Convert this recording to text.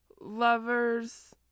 lover's